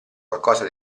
qualcosa